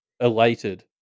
Elated